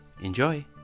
Enjoy